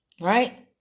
right